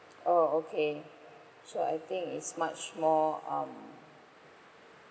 oh okay sure I think it's much more um